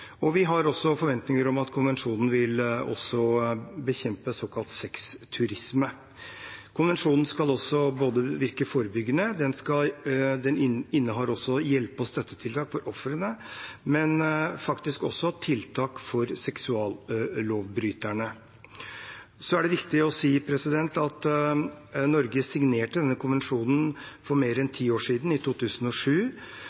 Vi har også forventninger om at konvensjonen vil bekjempe såkalt sexturisme. Konvensjonen skal virke forebyggende. Den innehar hjelpe- og støttetiltak for ofrene, men også tiltak for seksuallovbryterne. Det er viktig å si at Norge signerte denne konvensjonen for mer enn